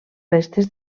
restes